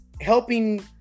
helping